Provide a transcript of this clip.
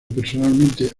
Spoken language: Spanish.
personalmente